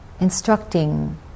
instructing